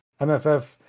MFF